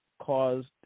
caused